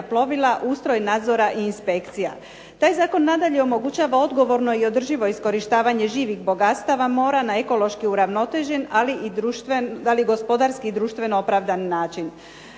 plovila, ustroj nadzora i inspekcija. Taj zakon nadalje omogućava odgovorno i održivo iskorištavanje živih bogatstava mora na ekološki uravnotežen ali i gospodarski i društveno opravdani način.